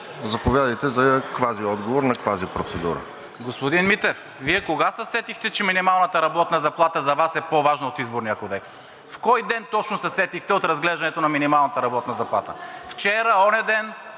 Заповядайте за квазиотговор на квазипроцедура. ГЕОРГИ СВИЛЕНСКИ: Господин Митев, Вие кога се сетихте, че минималната работна заплата за Вас е по-важна от Изборния кодекс? В кой ден точно се сетихте от разглеждането на минималната работна заплата? Вчера, оняден,